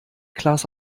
klaas